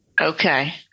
Okay